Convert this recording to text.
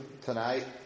tonight